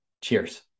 Cheers